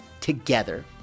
together